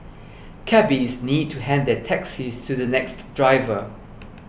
cabbies need to hand their taxis to the next driver